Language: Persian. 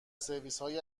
سرویسهای